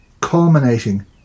culminating